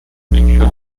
including